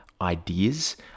ideas